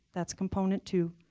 that's component two.